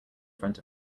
front